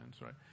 right